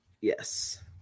Yes